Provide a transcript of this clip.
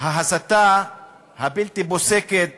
ההסתה הבלתי-פוסקת